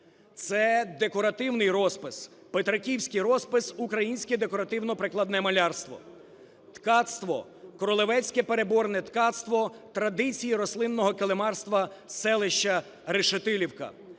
це декоративний розпис, петриківський розпис, українське декоративно-прикладене малярство, ткацтво, кролевецьке переборне ткацтво, традиції рослинного килимарства селища Решетилівка,